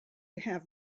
have